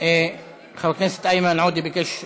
חדשות בין-לאומיים שמקורם בישראל),